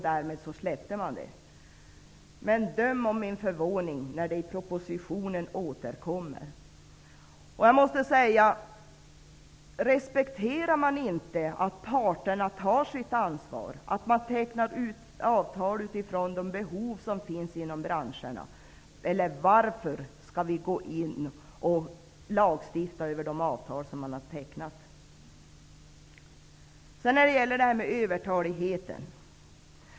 Därmed släppte kommittén frågan. Men döm om min förvåning, när frågan återkommer i propositionen. Respekterar man inte att parterna tar sitt ansvar och tecknar avtal med utgångspunkt i de behov som finns i branscherna? Varför skall vi gå in och lagstifta beträffande tecknade avtal? Sedan gäller det övertaligheten.